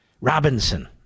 Robinson